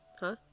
Huh